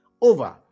over